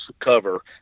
cover